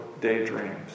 daydreams